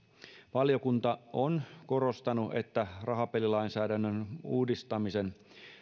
valiokunta on korostanut että rahapelilainsäädännön uudistamisen